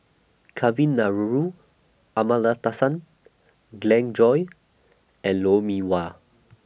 Kavignareru Amallathasan Glen Goei and Lou Mee Wah